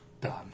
Done